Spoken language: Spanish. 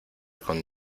con